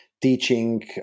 teaching